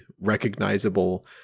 recognizable